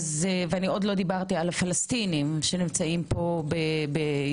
ועוד לא דיברתי על הפלסטינים שבישראל,